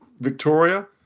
Victoria